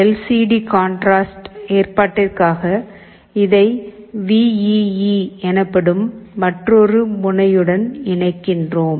L C D contrast ஏற்பாட்டிற்காக இதை V E E எனப்படும் மற்றொரு முனையுடன் இணைக்கிறோம்